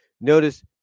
notice